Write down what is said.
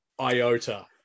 iota